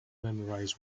memorize